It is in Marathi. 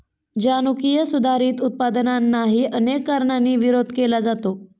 जनुकीय सुधारित उत्पादनांनाही अनेक कारणांनी विरोध केला जातो